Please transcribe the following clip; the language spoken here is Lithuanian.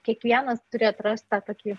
kiekvienas turi atrasti tą tokį